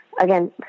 again